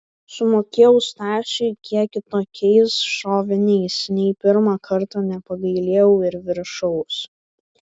sumokėjau stasiui kiek kitokiais šoviniais nei pirmą kartą nepagailėjau ir viršaus